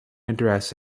address